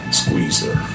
squeezer